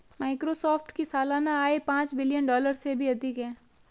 Microsoft की सालाना आय पांच बिलियन डॉलर से भी अधिक है